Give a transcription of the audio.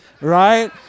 right